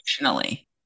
emotionally